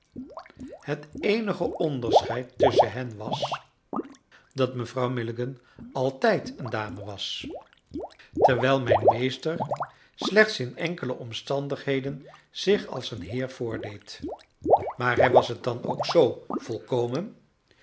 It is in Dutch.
het eenige onderscheid tusschen hen was dat mevrouw milligan altijd een dame was terwijl mijn meester slechts in enkele omstandigheden zich als een heer voordeed maar hij was het dan ook zoo volkomen